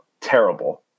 terrible